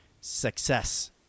success